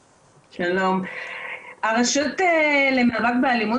אני רואה כאן חלק מהמנהלים שלנו,